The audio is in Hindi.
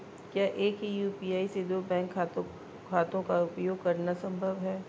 क्या एक ही यू.पी.आई से दो बैंक खातों का उपयोग करना संभव है?